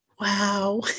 Wow